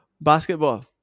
Basketball